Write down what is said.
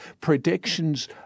predictions